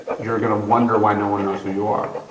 you're gonna wonder why no one knows who you are.